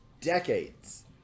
decades